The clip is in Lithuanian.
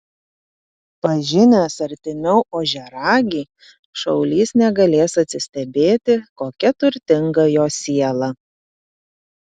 pažinęs artimiau ožiaragį šaulys negalės atsistebėti kokia turtinga jo siela